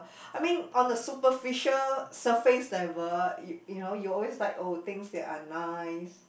I mean on a superficial surface level you you know you always like oh things that are nice